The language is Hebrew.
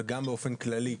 וגם באופן כללי: